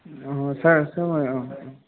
sir আছে হয় অঁ অঁ